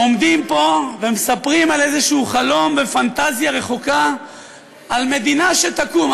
עומדים פה ומספרים על איזשהו חלום ופנטזיה רחוקה על מדינה שתקום,